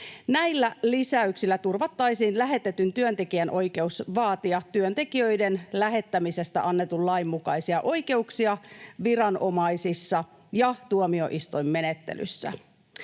Näillä lisäyksillä turvattaisiin lähetetyn työntekijän oikeus vaatia työntekijöiden lähettämisestä annetun lain mukaisia oikeuksia viranomaisissa ja tuomioistuinmenettelyssä.